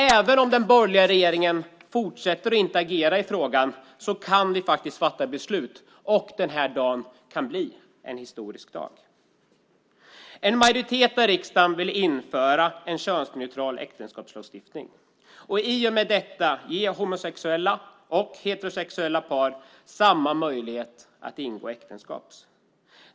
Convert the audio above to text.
Även om den borgerliga regeringen fortsätter att inte agera i frågan kan vi faktiskt fatta beslut, och den här dagen kan bli en historisk dag. En majoritet i riksdagen vill införa en könsneutral äktenskapslagstiftning och därmed ge homosexuella och heterosexuella par samma möjlighet att ingå äktenskap.